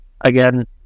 Again